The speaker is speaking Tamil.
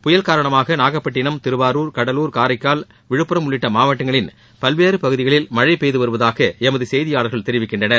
புயல் காரணமாக நாகப்பட்டினம் திருவாரூர் கடலூர் காரைக்கால் விழுப்புரம் உள்ளிட்ட மாவட்டங்களின் பல்வேறு பகுதிகளில் மழை பெய்து வருவதாக எமது செய்தியாளர்கள் தெரிவிக்கின்றனர்